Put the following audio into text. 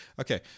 Okay